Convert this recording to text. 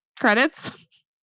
credits